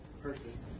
persons